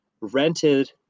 rented